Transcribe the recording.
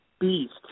beast